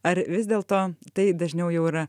ar vis dėlto tai dažniau jau yra